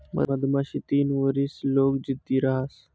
मधमाशी तीन वरीस लोग जित्ती रहास